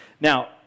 Now